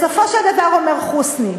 בסופו של דבר, אומר חוסני: